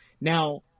Now